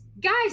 Guys